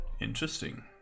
Interesting